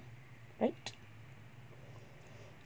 right